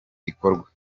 gikorwa